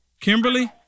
Kimberly